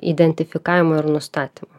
identifikavimu ir nustatymu